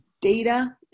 data